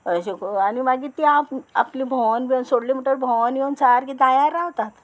अशें करून आनी मागीर तीं आपलीं भोंवोन बीन सोडली म्हणटर भोंवोन येवन सारकी दायार रावतात